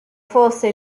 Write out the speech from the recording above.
fosse